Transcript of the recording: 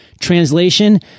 Translation